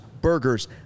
burgers